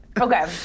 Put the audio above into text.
Okay